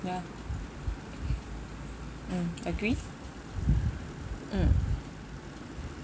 ya mm agree mm